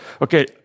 Okay